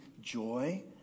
joy